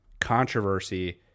controversy